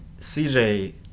CJ